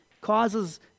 causes